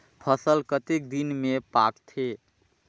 फसल कतेक दिन मे पाकथे?